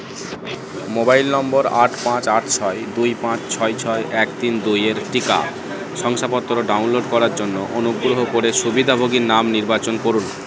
mobile নম্বর আট পাঁচ আট ছয় দুই পাঁচ ছয় ছয় এক তিন দুইয়ের টিকা শংসাপত্র ডাউনলোড করার জন্য অনুগ্রহ করে সুবিধাভোগীর নাম নির্বাচন করুন